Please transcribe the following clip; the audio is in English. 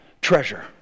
treasure